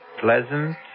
pleasant